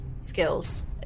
skills